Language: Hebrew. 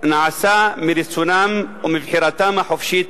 נעשה מרצונם ומבחירתם החופשית